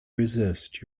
resist